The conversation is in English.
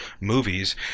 movies